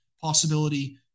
possibility